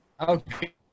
Okay